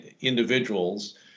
individuals